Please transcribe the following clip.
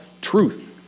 truth